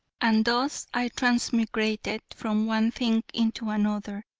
and thus i transmigrated from one thing into another,